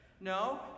No